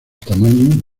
tamaño